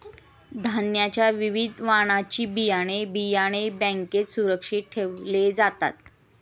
धान्याच्या विविध वाणाची बियाणे, बियाणे बँकेत सुरक्षित ठेवले जातात